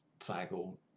cycle